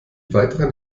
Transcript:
weiteren